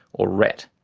or ret.